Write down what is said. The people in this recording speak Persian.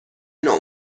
نوع